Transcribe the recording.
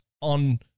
on